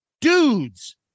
Dudes